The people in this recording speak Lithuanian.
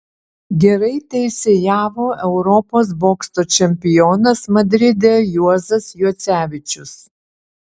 gerai teisėjavo europos bokso čempionas madride juozas juocevičius